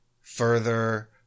further